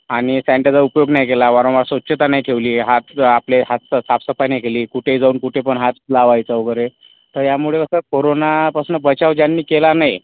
आणि सॅन्टाइजरचा उपयोग नाही केला वारंवार स्वच्छता नाही ठेवली हात आपले हात सं साफसफाई नाही केली कुठेही जाऊन कुठे पण हात लावायचं वगैरे तर यामुळं कसं कोरोनापासून बचाव ज्यांनी केला नाही